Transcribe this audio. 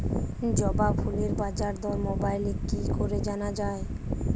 জবা ফুলের বাজার দর মোবাইলে কি করে জানা যায়?